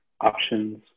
options